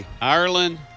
Ireland